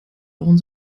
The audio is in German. bauen